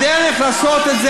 אין מה להשוות,